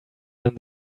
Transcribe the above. than